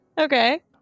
okay